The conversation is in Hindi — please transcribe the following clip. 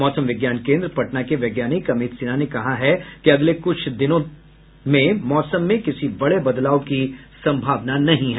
मौसम विज्ञान केन्द्र पटना के वैज्ञानिक अमित सिन्हा ने कहा है कि अगले कुछ दिनों तक मौसम में किसी बड़े बदलाव की संभावना नहीं है